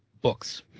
books